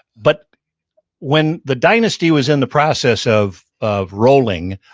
but when the dynasty was in the process of of rolling,